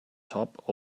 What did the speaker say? top